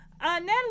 Natalie